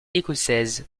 écossaise